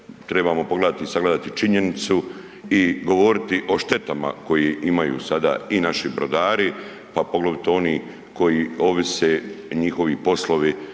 trebamo pogledati i sagledati činjenicu i govoriti o štetama koje imaju sada i naši brodari pa poglavito oni koji ovise, njihovi poslovi,